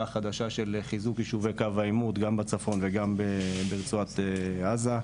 החזקה של חיזוק יישובי קו העימות גם בצפון וגם ברצועת עזה,